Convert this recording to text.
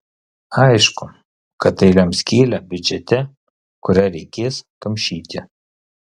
aišku kad tai lems skylę biudžete kurią reikės kamšyti